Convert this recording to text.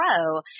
grow